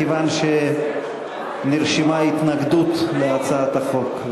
מכיוון שנרשמה התנגדות להצעת החוק,